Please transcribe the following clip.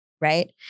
Right